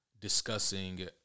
discussing